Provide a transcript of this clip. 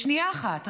לשנייה אחת,